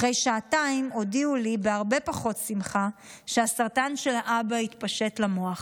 אחרי שעתיים הודיעו לי בהרבה פחות שמחה שהסרטן של האבא התפשט למוח.